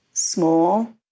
Small